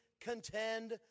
contend